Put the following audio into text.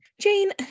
Jane